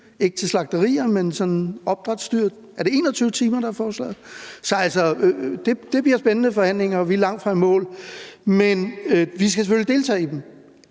det gælder opdrætsdyr? Er det 21 timer, der er forslaget? Altså, det bliver spændende forhandlinger, og vi er langtfra i mål, men vi skal selvfølgelig deltage i dem